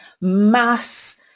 mass